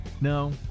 No